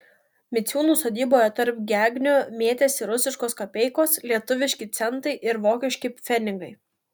miciūnų sodyboje tarp gegnių mėtėsi rusiškos kapeikos lietuviški centai ir vokiški pfenigai